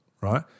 right